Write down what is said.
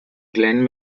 glenn